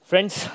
Friends